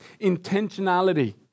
intentionality